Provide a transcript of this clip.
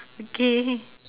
okay